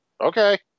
Okay